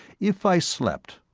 if i slept,